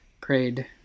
prayed